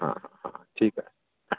हा हा हा ठीकु आहे